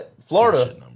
Florida